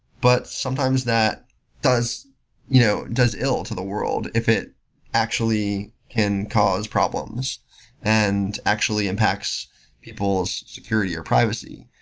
but sometimes that does you know does ill to the world if it actually can cause problems and actually impacts people's security or privacy.